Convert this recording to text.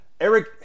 Eric